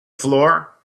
floor